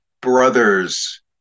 brothers